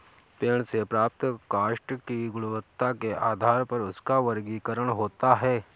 पेड़ से प्राप्त काष्ठ की गुणवत्ता के आधार पर उसका वर्गीकरण होता है